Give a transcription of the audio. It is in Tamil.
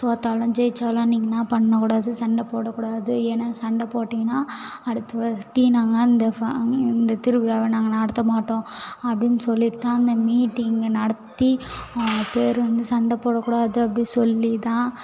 தோற்றாலும் ஜெயிச்சாலும் நீங்கள் என்னா பண்ணக்கூடாது சண்டை போடக்கூடாது ஏன்னா சண்டை போட்டீங்கன்னால் அடுத்துவாட்டி நாங்கள் இந்த ஃபா இந்த திருவிழாவை நாங்கள் நடத்தமாட்டோம் அப்படின்னு சொல்லிவிட்டு தான் அந்த மீட்டிங்கை நடத்தி பேர் வந்து சண்டை போடக்கூடாது அப்படி சொல்லி தான்